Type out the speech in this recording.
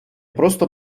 просто